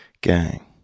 Gang